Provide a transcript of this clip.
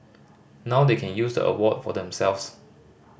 now they can use the award for themselves